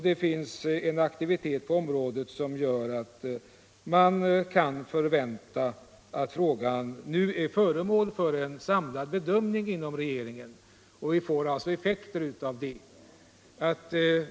Det finns en aktivitet på området som gör att man kan förvänta att frågan nu är föremål för en samlad bedömning inom regeringen och att det blir effekter av det.